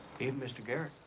even mr. garrett.